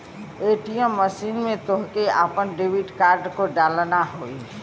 ATM machine में तोहके आपन डेबिट कार्ड को डालना होई